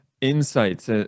insights